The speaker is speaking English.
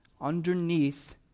underneath